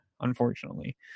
unfortunately